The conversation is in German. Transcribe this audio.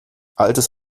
altes